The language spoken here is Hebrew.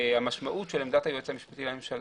המשמעות של עמדת היועץ המשפטי לממשלה,